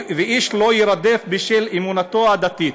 ואיש לא יירדף בשל אמונתו הדתית.